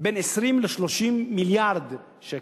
בין 20 ל-30 מיליארד שקל,